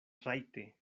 rajte